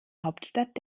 hauptstadt